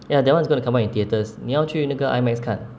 ya that one's going to come in theatres 你要去那个 imax 看